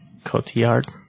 Cotillard